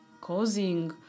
causing